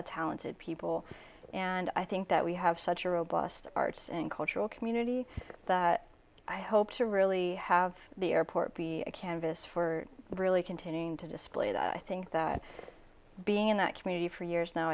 of talented people and i think that we have such a robust arts and cultural community that i hope to really have the airport be a canvas for really continuing to display that i think that being in that community for years now